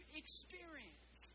experience